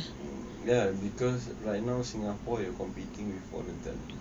um ya right now singapore you are competing with foreign talents